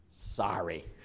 Sorry